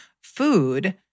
food